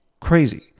crazy